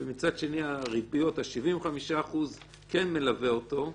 ומצד שני הריביות, ה-75% כן מלוות אותו.